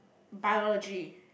biology